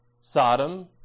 Sodom